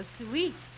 sweet